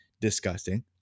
disgusting